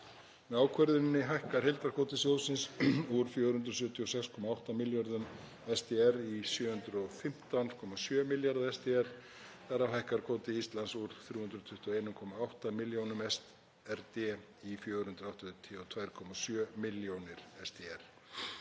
Með ákvörðuninni hækkar heildarkvóti sjóðsins úr 476,8 milljörðum SDR í 715,7 milljarða SDR. Þar af hækkar kvóti Íslands úr 321,8 milljónum SDR í 482,7 milljónir SDR.